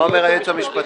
מה אומר היועץ המשפטי?